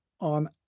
on